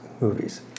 movies